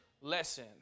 Lesson